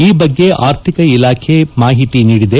ಈ ಬಗ್ಗೆ ಆರ್ಥಿಕ ಇಲಾಖೆ ಮಾಹಿತಿ ನೀಡಿದೆ